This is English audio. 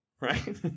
Right